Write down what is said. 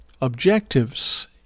objectives